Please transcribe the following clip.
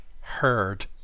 herd